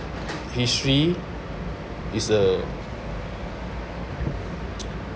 history is a